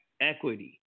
Equity